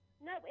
No